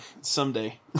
Someday